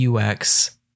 UX